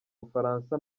bufaransa